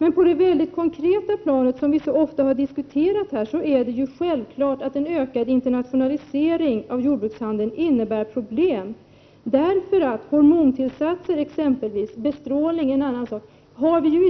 Men på det väldigt konkreta planet, något som vi så ofta har diskuterat här, är det självklart att en ökad internationalisering av jordbrukshandeln innebär problem, därför att vi i